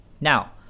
Now